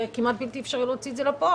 שכמעט בלתי אפשרי להוציא את זה לפועל,